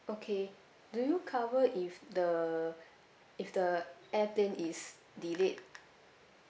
okay do you cover if the if the airplane is delayed